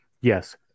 yes